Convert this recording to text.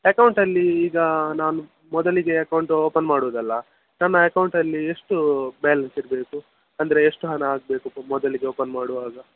ಅಕೌಂಟಲ್ಲಿ ಈಗ ನಾನು ಮೊದಲಿಗೆ ಅಕೌಂಟ್ ಓಪನ್ ಮಾಡುದಲ್ವಾ ನನ್ನ ಅಕೌಂಟಲ್ಲಿ ಎಷ್ಟು ಬ್ಯಾಲೆನ್ಸ್ ಇರಬೇಕು ಅಂದರೆ ಎಷ್ಟು ಹಣ ಹಾಕಬೇಕು ಮೊದಲಿಗೆ ಓಪನ್ ಮಾಡುವಾಗ